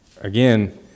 again